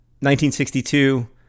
1962